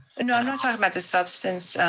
ah no, i'm not talking about the substance,